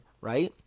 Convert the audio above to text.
right